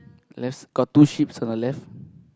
left s~ got two sheeps on the left